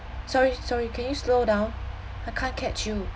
sorry sorry can you slow down I can't catch you